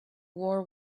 war